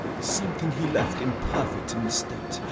something he left imperfect in the state,